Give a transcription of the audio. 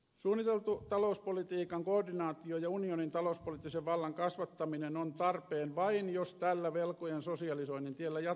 suunniteltu talouspolitiikan koordinaatio ja unionin talouspoliittisen vallan kasvattaminen on tarpeen vain jos tällä velkojen sosialisoinnin tiellä jatketaan